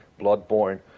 Bloodborne